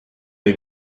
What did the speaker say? oli